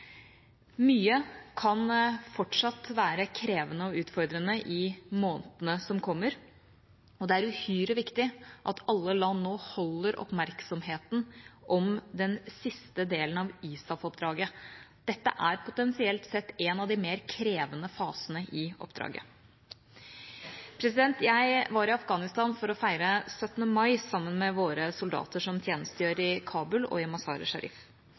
Mye kan fortsatt være krevende og utfordrende i månedene som kommer, og det er uhyre viktig at alle land nå holder oppmerksomheten om den siste delen av ISAF-oppdraget. Dette er, potensielt sett, en av de mer krevende fasene i oppdraget. Jeg var i Afghanistan for å feire 17. mai sammen med våre soldater som tjenestegjør i Kabul og i